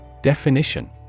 Definition